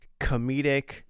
comedic